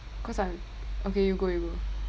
cause I'm okay you go you go